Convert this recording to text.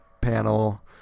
panel